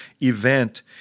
event